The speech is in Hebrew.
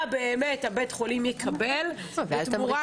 מה באמת בית החולים יקבל בתמורה.